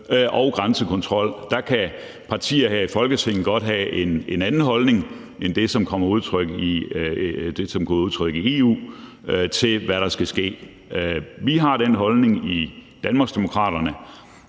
og grænsekontrol. Der kan partierne her i Folketinget godt have en anden holdning end den, som kommer til udtryk i EU, til, hvad der skal ske. Vi har den holdning i Danmarksdemokraterne,